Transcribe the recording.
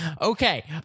Okay